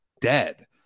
dead